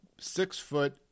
six-foot